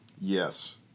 Yes